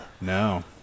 No